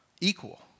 equal